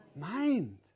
mind